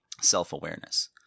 self-awareness